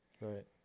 Right